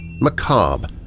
macabre